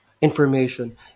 information